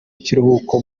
kiruhuko